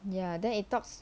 ya then it talks